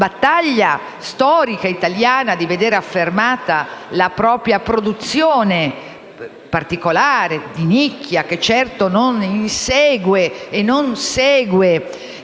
alla battaglia storica italiana per vedere affermata la propria produzione particolare, di nicchia. Una produzione che certo non insegue e non segue